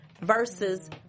versus